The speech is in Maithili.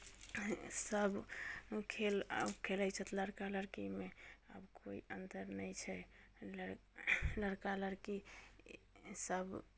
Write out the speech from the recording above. सभ खेल खेलैत छथि लड़का लड़कीमे आब कोइ अन्तर नहि छै लड़ लड़का लड़की सभ